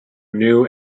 new